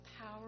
power